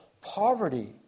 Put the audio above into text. poverty